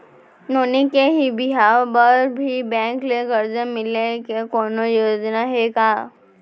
नोनी के बिहाव बर भी बैंक ले करजा मिले के कोनो योजना हे का?